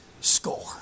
score